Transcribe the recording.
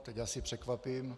Teď asi překvapím.